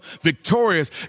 victorious